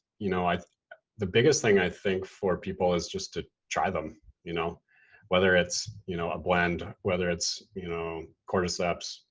you know the biggest thing i think for people is just to try them you know whether it's you know a blend, whether it's you know cordyceps,